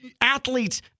athletes